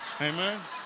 Amen